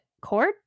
cord